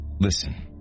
Listen